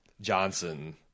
Johnson